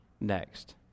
next